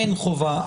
אין חובה?